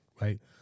right